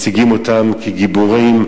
מציגים אותם כגיבורים,